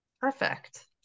perfect